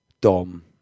Dom